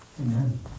Amen